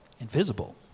invisible